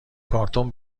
کارتون